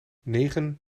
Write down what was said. negen